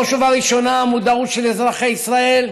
בראש ובראשונה, המודעות של אזרחי ישראל